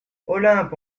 olympe